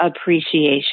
appreciation